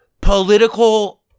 political